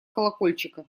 колокольчика